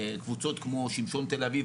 קבוצות כמו שמשון תל אביב,